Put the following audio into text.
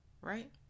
right